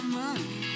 money